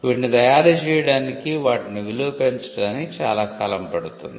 వీటిని తయారు చేయడానికి వాటిని విలువ పెంచడానికి చాలా కాలం పడుతుంది